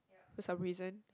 for some reason